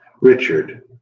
Richard